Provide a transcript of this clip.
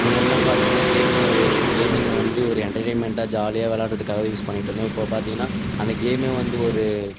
முன்னாடில்லாம் பார்த்தீங்கனா கேமை கேமிங்கை வந்து ஒரு என்டர்டெய்ன்மென்ட்டாக ஜாலியாக விளையாடுறதுக்காக யூஸ் பண்ணிகிட்டுருந்தோம் இப்போது பார்த்தீங்கனா அந்த கேமே வந்து ஒரு